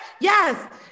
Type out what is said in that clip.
yes